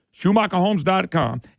SchumacherHomes.com